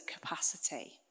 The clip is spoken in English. capacity